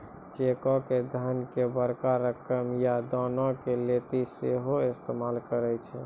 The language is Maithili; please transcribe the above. चेको के धन के बड़का रकम या दानो के लेली सेहो इस्तेमाल करै छै